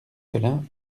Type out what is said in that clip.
colin